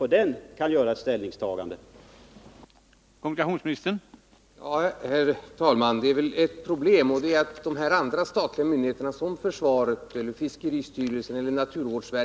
Då kunde vi göra ett ställningstagande baserat på